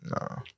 No